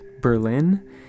Berlin